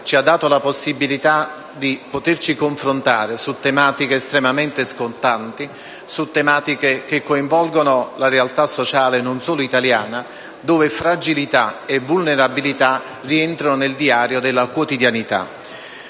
ci ha dato la possibilità di confrontarci su tematiche estremamente scottanti, che coinvolgono la realtà sociale non solo italiana, dove fragilità e vulnerabilità rientrano nel diario della quotidianità.